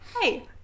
Hey